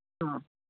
ꯑꯥ